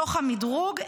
בתוך המדרוג,